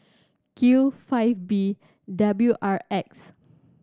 Q five B W R X